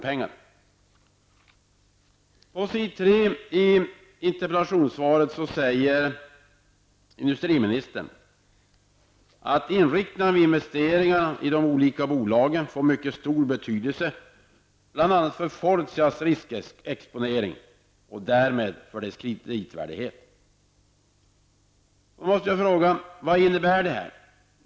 Industriministern säger i svaret bl.a. att ”inriktningen av investeringarna får mycket stor betydelse, bl.a. för Fortias riskexponering och därmed för dess kreditvärdighet”. Då måste jag fråga: Vad innebär det?